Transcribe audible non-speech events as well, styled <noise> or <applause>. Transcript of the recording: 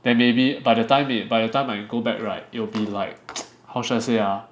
then maybe by the time it by the time I go back right it'll be like <noise> how should I say ah